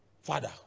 father